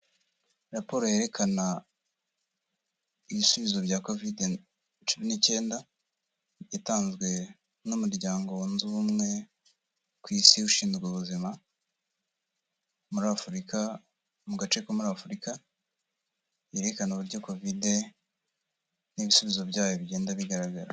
Raporo yerekana ibisubizo bya kovide cumi n'icyenda, yatanzwe n'umuryango wunze ubumwe ku isi ushinzwe ubuzima, muri Afurika, mu gace ko muri Afurika, yerekana uburyo kovide n'ibisubizo byayo bigenda bigaragara.